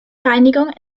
reinigung